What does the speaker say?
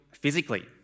physically